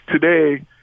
Today